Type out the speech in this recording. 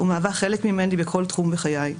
ומהווה חלק ממני בכל תחום בחיי.